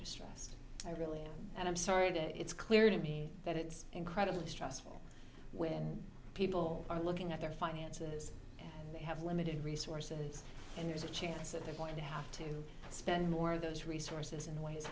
distress i really am sorry that it's clear to me that it's incredibly stressful when people are looking at their finances they have limited resources and there's a chance that they're going to have to spend more of those resources in